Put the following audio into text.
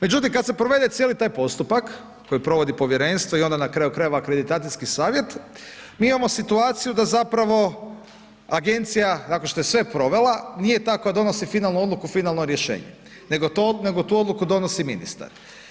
Međutim, kada se provede cijeli taj postupak koji provodi povjerenstvo i onda na kraju krajeva akreditacijski savjet, mi imamo situaciju da zapravo agencija nakon što je sve provela, nije ta koja donosi finalnu odluku, finalno rješenje, nego tu odluku donosi ministar.